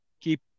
keep